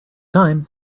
time